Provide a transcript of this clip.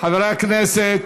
חברי הכנסת.